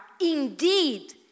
indeed